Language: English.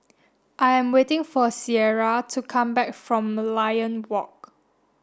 I am waiting for Cierra to come back from Merlion Walk